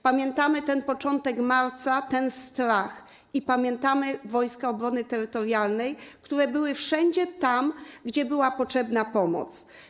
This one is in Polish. Pamiętamy początek marca, ten strach i pamiętamy Wojska Obrony Terytorialnej, które były wszędzie tam, gdzie była potrzebna pomoc.